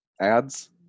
ads